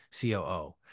COO